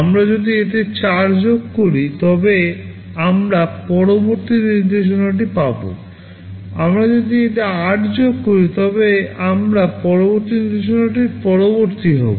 আমরা যদি এতে 4 যোগ করি তবে আমরা পরবর্তী নির্দেশনাটি পাব যদি আমরা এটিতে 8 যোগ করি তবে আমরা পরবর্তী নির্দেশিকার পরবর্তী পাবো